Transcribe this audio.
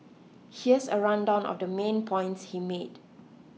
here's a rundown of the main points he made